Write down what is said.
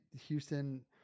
Houston